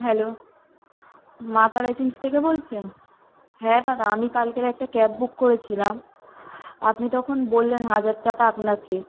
hello Maa Tara agency থেকে বলছেন হ্যাঁ দাদা আমি কালকের একটা ক্যাব বুক করেছিলাম আপনি তখন বললেন হাজার টাকা আপনাকে